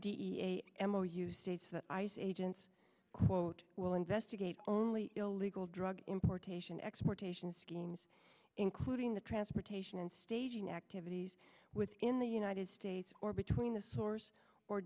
kimball m o you states that ice agents quote will investigate only illegal drug importation exportation schemes including the transportation and staging activities within the united states or between the source or